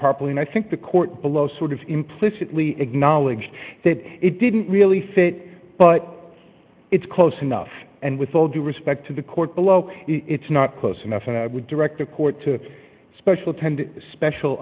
purple and i think the court below sort of implicitly acknowledged that it didn't really fit but it's close enough and with all due respect to the court below it's not close enough and i would direct the court to a special ten special